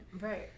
right